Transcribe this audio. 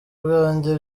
bwanjye